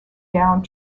downed